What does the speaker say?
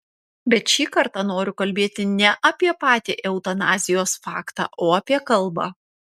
bet šį kartą noriu kalbėti ne apie patį eutanazijos faktą o apie kalbą